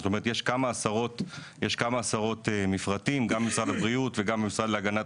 זאת אומרת יש כמה עשרות מפרטים שגם במשרד הבריאות וגם במשרד להגנת